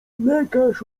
lekarz